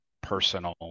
personal